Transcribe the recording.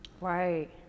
Right